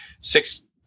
six